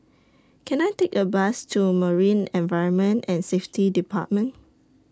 Can I Take A Bus to Marine Environment and Safety department